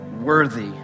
worthy